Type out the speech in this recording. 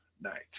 night